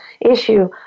issue